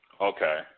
Okay